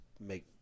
make